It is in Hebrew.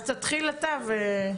אז תתחיל אתה.